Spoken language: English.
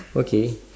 okay